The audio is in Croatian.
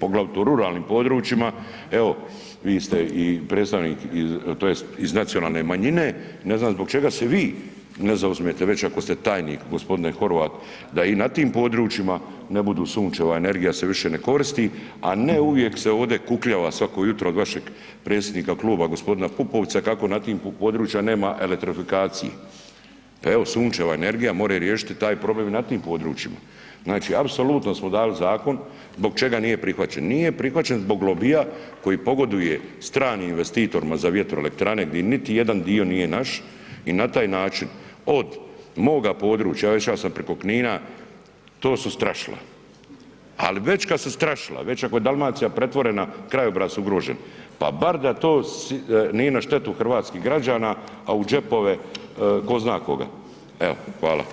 poglavito u ruralnim područjima, evo vi ste i predstavnik tj. iz nacionalne manjine, ne znam zbog čega se vi ne zauzmete već ako ste tajnik g. Horvat da i na tim područjima ne budu sunčeva energija se više ne koristi, a ne uvijek se ovdje kukljava svako jutro od vašeg predsjednika kluba g. Pupovca kako na tim područjima nema elektrofikacije, evo sunčeva energija more riješiti taj problem i na tim područjima, znači apsolutno smo dali zakon zbog čega nije prihvaćen, nije prihvaćen zbog lobija koji pogoduje stranim investitorima za vjetroelektrane di niti jedan dio nije naš i na taj način od moga područja, reć ću ja sad priko Kina to su strašila, ali već kad su strašila, već ako je Dalmacija pretvorena krajobrazi su ugroženi, pa bar da to nije na štetu hrvatskih građana, a u džepove ko zna koga, evo hvala.